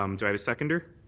um do i have a seconder?